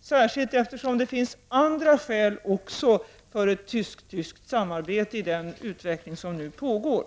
särskilt som det också finns andra skäl för tysk-tyskt samarbete i den utveckling som nu pågår.